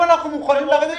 נביא לו